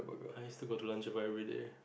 I used to go to lunch for every day